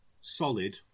solid